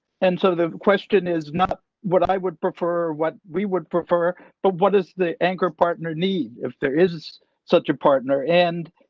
and so the question is not what i would prefer what we would prefer, but what does the anchor partner need if there is such a partner and.